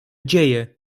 dzieje